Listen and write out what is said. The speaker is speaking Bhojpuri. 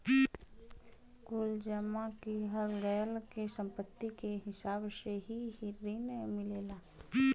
कुल जमा किहल गयल के सम्पत्ति के हिसाब से ही रिन मिलला